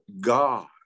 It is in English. God